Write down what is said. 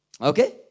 Okay